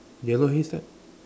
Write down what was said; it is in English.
yellow haystack